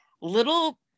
little